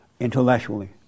intellectually